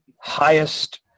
highest